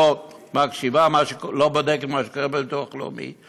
לא בודקת מה שקורה בביטוח הלאומי?